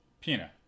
Pina